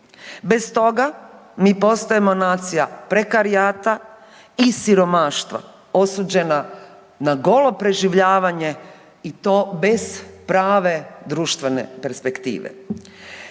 Bez toga mi postajemo nacija prekarijata i siromaštva, osuđena na golo preživljavanje i to bez prave društvene perspektive.